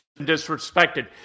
disrespected